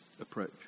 approach